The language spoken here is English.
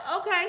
okay